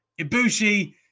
Ibushi